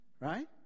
Right